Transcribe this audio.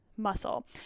muscle